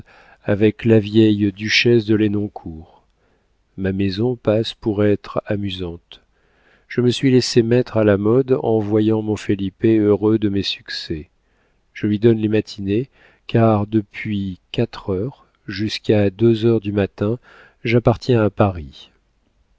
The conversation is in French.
avec la vieille duchesse de lenoncourt ma maison passe pour être amusante je me suis laissé mettre à la mode en voyant mon felipe heureux de mes succès je lui donne les matinées car depuis quatre heures jusqu'à deux heures du matin j'appartiens à paris